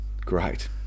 Great